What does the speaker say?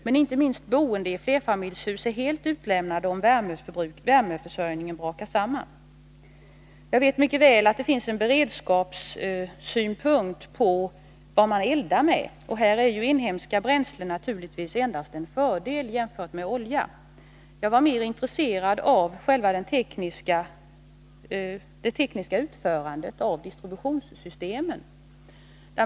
Men inte minst boende i flerfamiljshus är helt utlämnade om värmeförsörjningen brakar samman. Jag vet mycket väl att det finns beredskapssynpunkter på vad man eldar med. Här är naturligtvis inhemska bränslen en fördel jämfört med olja. Jag var mera intresserad av det tekniska utförandet av distributionssystemen.